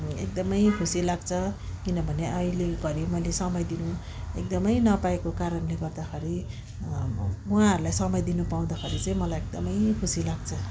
एकदमै खुसी लाग्छ किनभने अहिले घरि मैले समय दिनु एकदमै नपाएको कारणले गर्दाखेरि उहाँहरूलाई समय दिनु पाउँदाखेरि चाहिँ मलाई एकदमै खुसी लाग्छ